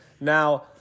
Now